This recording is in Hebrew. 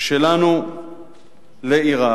שלנו לעיר האבות.